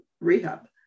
rehab